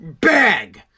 bag